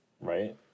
Right